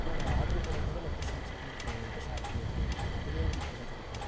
ஆமாம் நாங்கள் ஆர்ட்ரு போடும்போதே லொகேஷன் சொல்லியிருப்போம் உங்கள்கிட்ட ஷேர் பண்ணியிருப்போம் அதில் உங்களுக்கு தெரிஞ்சுருக்கும்